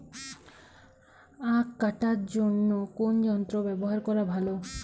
আঁখ কাটার জন্য কোন যন্ত্র ব্যাবহার করা ভালো?